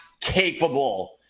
capable